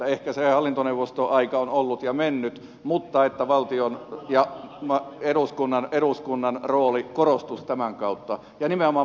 ehkä se hallintoneuvostoaika on ollut ja mennyt mutta valtion ja eduskunnan rooli korostuisi tämän kautta ja nimenomaan